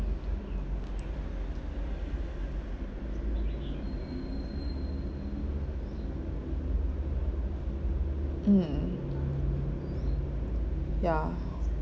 mm ya